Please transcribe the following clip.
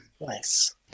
nice